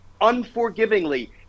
unforgivingly